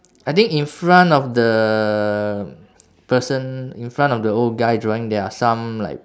I think in front of the person in front of the old guy drawing there are some like